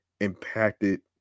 impacted